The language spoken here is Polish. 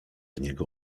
niego